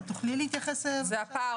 תוכלי להתייחס לזה?